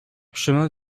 chemin